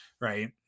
right